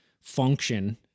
function